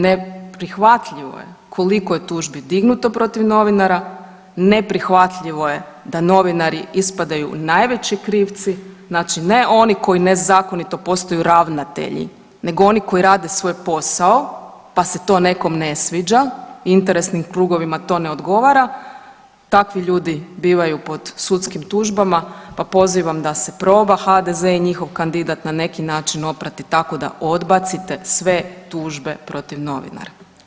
Neprihvatljivo je koliko je tužbi dignuto protiv novinara, neprihvatljivo je da novinari ispadaju najveći krivci, znači ne oni koji nezakonito postaju ravnatelji nego oni koji rade svoj posao, pa se to nekom ne sviđa i interesnim krugovima to ne odgovara, takvi ljudi bivaju pod sudskim tužbama, pa pozivam da se proba HDZ i njihov kandidat na neki način oprati tako da odbaci te sve tužbe protiv novinara.